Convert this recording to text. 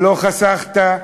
לא חסכת,